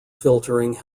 filtering